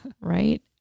Right